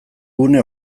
gune